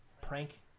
prank